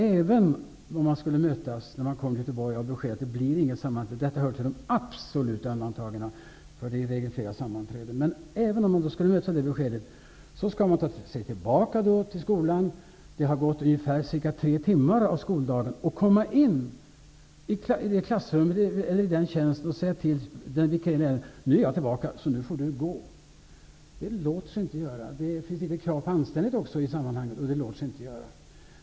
Även om man skulle mötas av beskedet att det inte blir något sammanträde -- detta hör till de absoluta undantagen, för det är i regel flera sammanträden -- måste man ta sig tillbaka till skolan, efter cirka tre timmar av skoldagen, och säga till den vikarierande läraren: Nu är jag tillbaka, nu får du gå. Detta låter sig inte göra. Det finns också krav på anständighet i sammanhanget, så det låter sig inte göra.